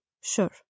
Sure